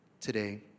today